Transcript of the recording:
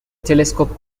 telescope